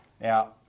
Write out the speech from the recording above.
Now